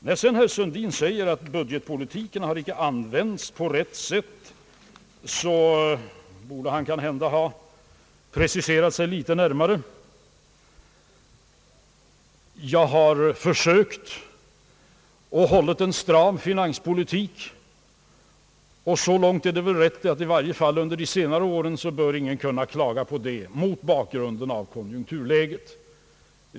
När herr Sundin säger, att budgetpolitiken inte används på rätt sätt borde han ha preciserat sig litet närmare. Jag har försökt hålla en stram finanspolitik. I varje fall under de senare åren kan väl ingen klaga på det mot bakgrunden av konjunkturläget.